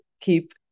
keep